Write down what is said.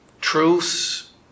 Truths